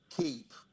keep